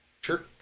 Sure